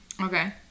Okay